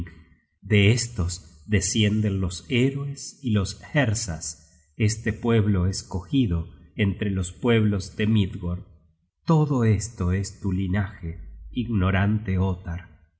de estos descienden los héroes y los hersas este pueblo escogido entre los pueblos de midgord todo esto es tu linaje ignorante ottar